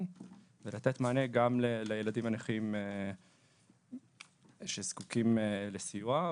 ולתת מענה גם לילדים הנכים שזקוקים לסיוע,